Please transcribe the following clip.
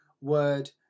word